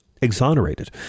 exonerated